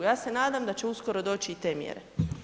Ja se nadam da će uskoro doći i te mjere.